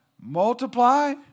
Multiply